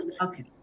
Okay